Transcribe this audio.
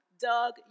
Doug